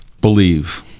believe